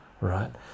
right